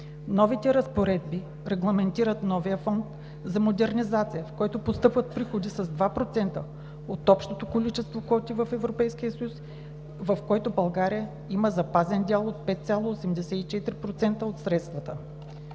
Новите разпоредби регламентират новия Фонд за модернизация, в който постъпват приходите от 2% от общото количество квоти в Европейския съюз и в който България има запазен дял от 5,84% от средствата.